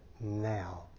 Now